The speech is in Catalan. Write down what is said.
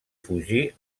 fugir